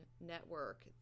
network